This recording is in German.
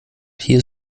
hier